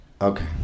okay